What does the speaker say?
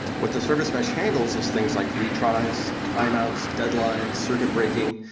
what the service mesh handles is things like retries, timeouts, deadlines, circuit breaking,